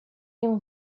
ним